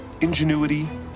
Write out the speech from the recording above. Ingenuity